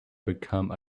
become